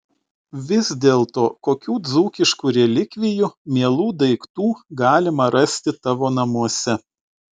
vis dėlto kokių dzūkiškų relikvijų mielų daiktų galima rasti tavo namuose